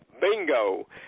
bingo